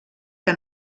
que